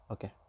Okay